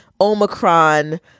Omicron